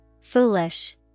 foolish